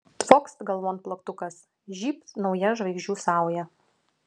tvokst galvon plaktukas žybt nauja žvaigždžių sauja